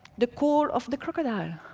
the call of the crocodile.